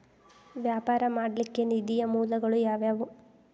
ವ್ಯಾಪಾರ ಮಾಡ್ಲಿಕ್ಕೆ ನಿಧಿಯ ಮೂಲಗಳು ಯಾವ್ಯಾವು?